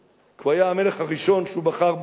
כי הוא היה המלך הראשון שהוא בחר בו.